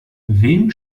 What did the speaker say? wem